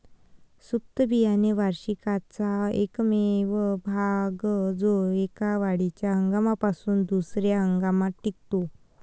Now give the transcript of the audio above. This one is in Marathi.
सुप्त बियाणे वार्षिकाचा एकमेव भाग जो एका वाढीच्या हंगामापासून दुसर्या हंगामात टिकतो